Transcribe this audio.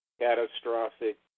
catastrophic